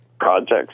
projects